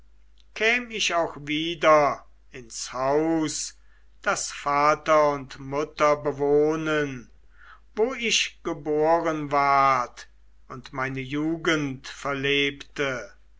käm ich auch wieder ins haus das vater und mutter bewohnen wo ich geboren ward und meine jugend verlebte